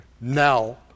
Now